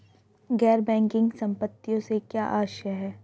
गैर बैंकिंग संपत्तियों से क्या आशय है?